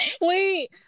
Wait